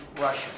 Russia